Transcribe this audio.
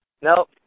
nope